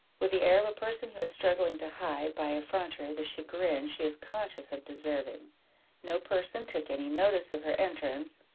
with the air of a person who is struggling to hide, by effrontery, the chagrin she is conscious of deserving no person took any notice of her entrance,